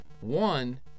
one